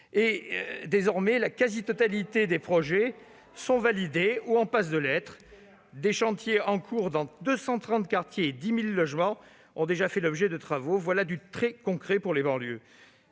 Désormais, la quasi-totalité des projets sont validés ou en voie de l'être. Des chantiers sont en cours dans 230 quartiers et 10 000 logements ont déjà fait l'objet de travaux. Voilà du très concret pour les banlieues.